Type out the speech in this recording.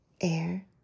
air